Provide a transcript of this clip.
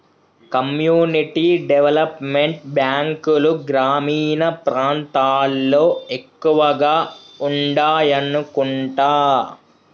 community development బ్యాంకులు గ్రామీణ ప్రాంతాల్లో ఎక్కువగా ఉండాయనుకుంటా